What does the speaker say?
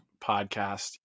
podcast